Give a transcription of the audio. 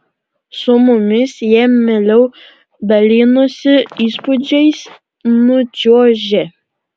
su mumis jie mieliau dalinosi įspūdžiais nučiuožę